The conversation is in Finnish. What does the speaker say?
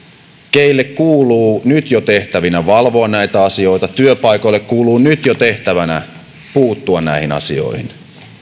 tehtäviin kuuluu jo nyt valvoa näitä asioita työpaikkojen tehtäviin kuuluu jo nyt puuttua näihin asioihin